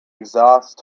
exhaust